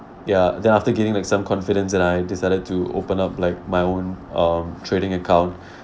ya then after gaining like some confidence and I decided to open up like my own um trading account